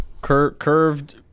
Curved